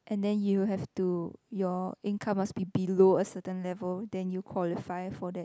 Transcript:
and then you have to your income must be below a certain level then you qualified for that